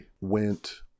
went